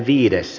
asia